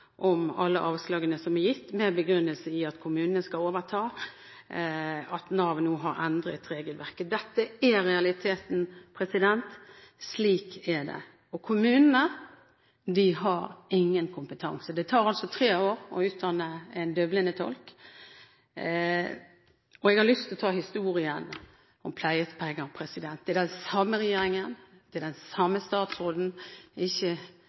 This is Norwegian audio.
om alle avslagene som er gitt med den begrunnelse at kommunene skal overta, og at Nav nå har endret regelverket. Dette er realiteten – slik er det. Kommunene har ingen kompetanse. Det tar altså tre år å utdanne en døvblindetolk. Jeg har lyst til å ta historien om pleiepenger. Det er den samme regjeringen, det er den samme statsråden – ikke